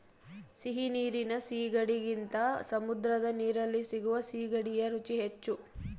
ಸಿಹಿ ನೀರಿನ ಸೀಗಡಿಗಿಂತ ಸಮುದ್ರದ ನೀರಲ್ಲಿ ಸಿಗುವ ಸೀಗಡಿಯ ರುಚಿ ಹೆಚ್ಚು